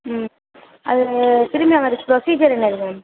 ம் அதை திரும்ப வாங்கிறதுக்கு ப்ரொசீஜர் என்னது மேம்